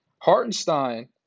Hartenstein